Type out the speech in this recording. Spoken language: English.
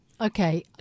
Okay